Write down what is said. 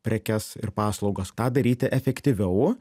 prekes ir paslaugas tą daryti efektyviau